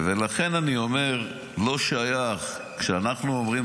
ולכן אני אומר, כשאנחנו אומרים